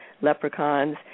leprechauns